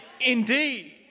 indeed